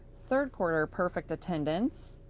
third quarter perfect attendance,